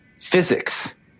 physics